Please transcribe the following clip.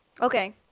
Okay